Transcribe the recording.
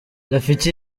rafiki